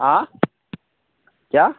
हाँ क्या